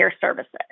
services